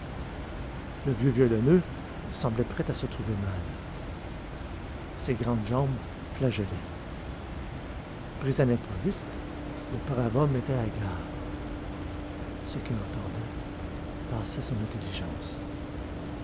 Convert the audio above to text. le vieux violoneux semblait prêt à se trouver mal ses grandes jambes flageolaient pris à l'improviste le brave homme était hagard ce qu'il entendait passait son intelligence